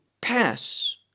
pass